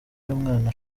y’umwana